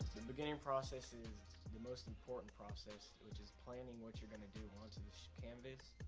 beginning process is the most important process, which is planning what you're gonna do onto the canvas,